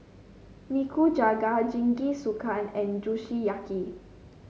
Nikujaga Jingisukan and Kushiyaki